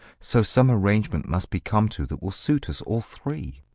so some arrangement must be come to that will suit us all three.